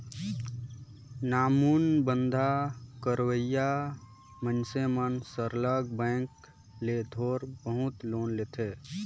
नानमुन धंधा करइया मइनसे मन सरलग बेंक ले थोर बहुत लोन लेथें